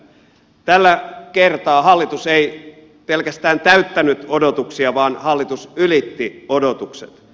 tällä kertaa hallitus ei pelkästään täyttänyt odotuksia vaan hallitus ylitti odotukset